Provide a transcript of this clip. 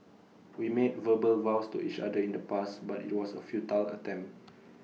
we made verbal vows to each other in the past but IT was A futile attempt